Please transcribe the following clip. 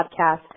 podcast